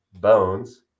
bones